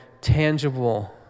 tangible